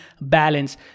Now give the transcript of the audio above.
balance